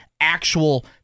actual